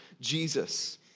Jesus